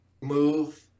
move